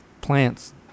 plants